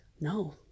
no